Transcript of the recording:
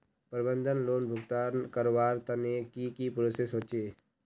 प्रबंधन लोन भुगतान करवार तने की की प्रोसेस होचे?